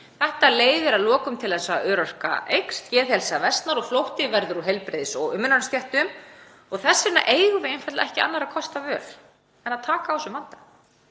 þetta leiðir að lokum til þess að örorka eykst, geðheilsa versnar og flótti verður úr heilbrigðis- og umönnunarstéttum. Þess vegna eigum við einfaldlega ekki annarra kosta völ en að taka á þessum vanda.